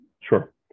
Sure